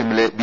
എമ്മിലെ വി